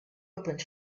opened